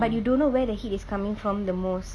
but you don't know where the heat is coming from the most